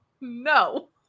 No